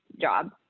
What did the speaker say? job